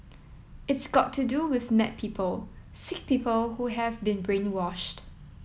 it's got to do with mad people sick people who have been brainwashed